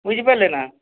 ବୁଝି ପାରିଲେନା